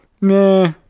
meh